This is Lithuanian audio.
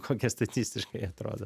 kokie statistiškai atrodo